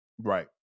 Right